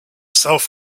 self